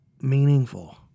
meaningful